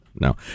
no